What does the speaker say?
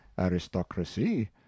aristocracy